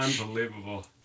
unbelievable